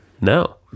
No